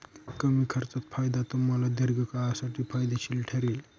कमी खर्चात फायदा तुम्हाला दीर्घकाळासाठी फायदेशीर ठरेल